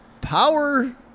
power